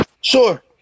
Sure